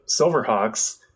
Silverhawks